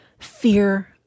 Fear